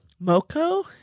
Moco